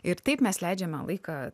ir taip mes leidžiame laiką